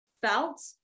felt